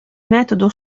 metodo